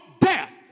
death